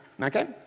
okay